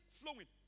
flowing